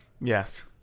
Yes